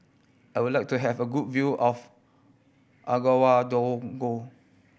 I would like to have a good view of Ouagadougou